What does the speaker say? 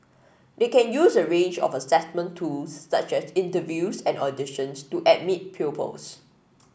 they can use a range of assessment tools such as interviews and auditions to admit pupils